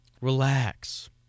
Relax